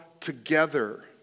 together